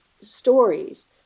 stories